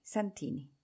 Santini